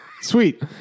Sweet